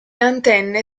antenne